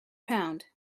pound